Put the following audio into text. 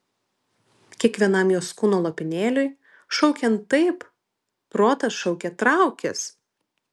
kiekvienam jos kūno lopinėliui šaukiant taip protas šaukė traukis